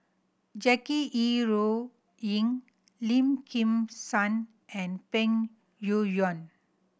Jackie Yi Ru Ying Lim Kim San and Peng Yuyun